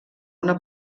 una